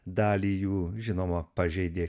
dalį jų žinoma pažeidė